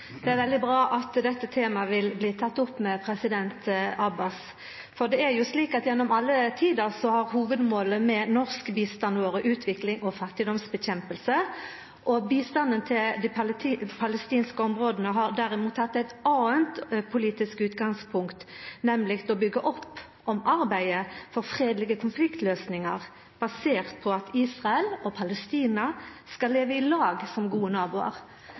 Det er veldig bra at dette temaet vil bli teke opp med president Abbas. Gjennom alle tider har hovudmålet med norsk bistand vore utvikling og fattigdomsnedkjemping. Bistanden til dei palestinske områda har derimot hatt eit anna politisk utgangspunkt, nemleg å byggja opp om arbeidet for fredelege konfliktløysingar basert på at Israel og Palestina skal leva i lag som gode